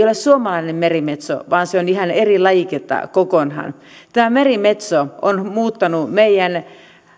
ole suomalainen merimetso vaan se on ihan eri lajiketta kokonaan tämä merimetso on muuttanut meidän